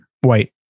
white